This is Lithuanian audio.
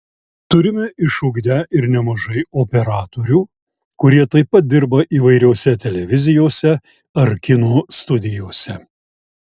turime išugdę ir nemažai operatorių kurie taip pat dirba įvairiose televizijose ar kino studijose